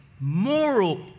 Moral